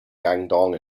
guangdong